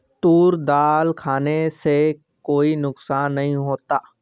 तूर दाल खाने से कोई नुकसान नहीं होता